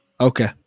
okay